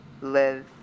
live